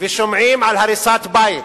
ושומעים על הריסת בית